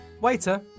Waiter